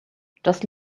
just